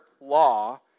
law